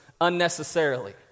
unnecessarily